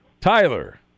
Tyler